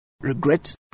regret